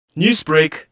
Newsbreak